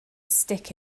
stick